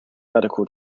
medical